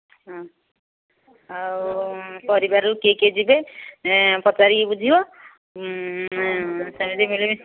ହଁ ଆଉ ପରିବାରରୁ କିଏ କିଏ ଯିବେ ପଚାରିକି ବୁଝିବ ସେମିତି ମିଳିମିଶି